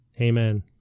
Amen